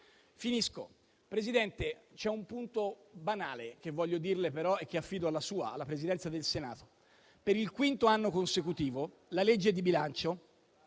conclusione, Presidente, c'è un punto banale che voglio sottolineare e che affido alla Presidenza del Senato: per il quinto anno consecutivo, la legge di bilancio